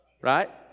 right